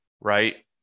right